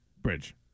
Bridge